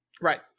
Right